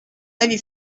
avis